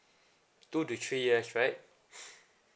two to three years right